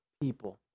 people